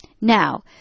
now